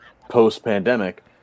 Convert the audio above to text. post-pandemic